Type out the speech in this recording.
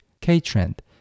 K-trend